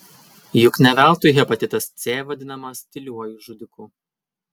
juk ne veltui hepatitas c vadinamas tyliuoju žudiku